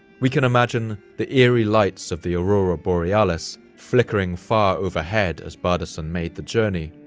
we can imagine the eerie lights of the aurora borealis flickering far overhead as bardason made the journey,